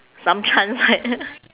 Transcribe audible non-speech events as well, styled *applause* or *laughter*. some chance right *laughs*